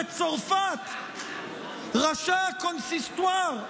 בצרפת ראשי הקונסיסטואר,